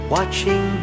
Watching